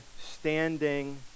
standing